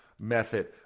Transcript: method